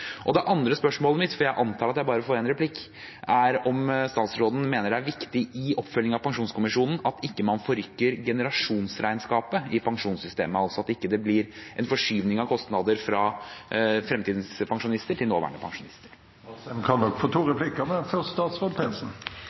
Det andre spørsmålet mitt, for jeg antar at jeg bare får en replikk, er om statsråden mener det er viktig i oppfølgingen av pensjonskommisjonen at man ikke forrykker generasjonsregnskapet i pensjonssystemet, altså at det ikke blir en forskyvning av kostnader fra fremtidens pensjonister til nåværende pensjonister. Representanten Asheim kan nok få to replikker, men først statsråd